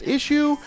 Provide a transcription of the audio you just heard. Issue